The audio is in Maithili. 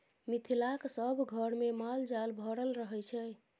मिथिलाक सभ घरमे माल जाल भरल रहय छै